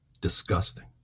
disgusting